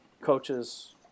coaches